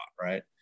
right